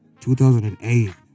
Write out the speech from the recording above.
2008